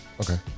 Okay